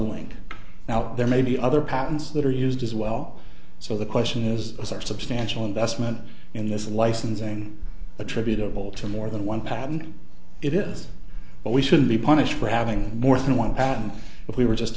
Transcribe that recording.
link now there may be other patents that are used as well so the question is as are substantial investment in this licensing attributable to more than one patent it is but we should be punished for having more than one patent if we were just